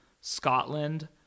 Scotland